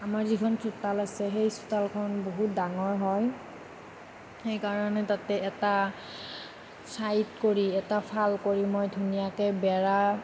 আমাৰ যিখন চোতাল আছে সেই চোতালখন বহুত ডাঙৰ হয় সেইকাৰণে তাতে এটা চাইড কৰি এটা ফাল কৰি মই ধুনীয়াকে বেৰা